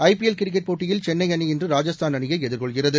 ஐ P L cricket போட்டியில் சென்னை அணி இன்று ராஜஸ்தான் அணியை எதிர்கொள்கிறது